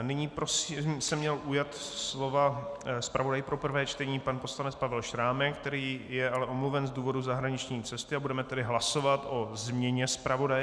Nyní se měl ujat slova zpravodaj pro prvé čtení pan poslanec Pavel Šrámek, který je ale omluven z důvodu zahraniční cesty, budeme tedy hlasovat o změně zpravodaje.